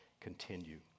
continue